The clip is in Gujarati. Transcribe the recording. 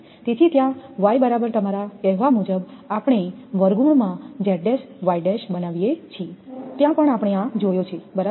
તેથી ત્યાં બરાબર તમારા કહેવા મુજબ આપણે ′ બનાવીએ છીએ ત્યાં પણ આપણે આ જોયો છે બરાબર